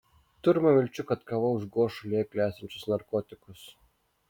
turima vilčių kad kava užgoš šalyje klestinčius narkotikus